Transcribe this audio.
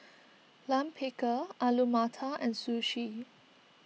Lime Pickle Alu Matar and Sushi